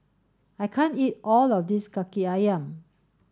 I can't eat all of this Kaki Ayam